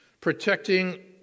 protecting